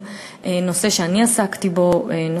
זה נושא שאנחנו עוסקים בו רבות לאורך השנים,